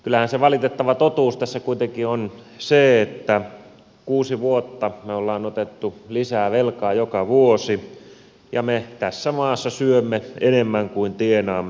kyllähän se valitettava totuus tässä kuitenkin on se että kuusi vuotta me olemme ottaneet lisää velkaa joka vuosi ja me tässä maassa syömme enemmän kuin tienaamme